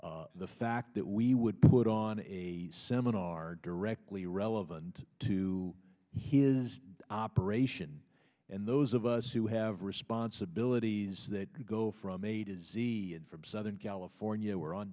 the fact that we would put on a seminar directly relevant to his aeration and those of us who have responsibilities that go from a to z from southern california we're on